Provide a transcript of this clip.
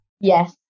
Yes